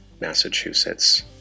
Massachusetts